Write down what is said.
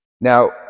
Now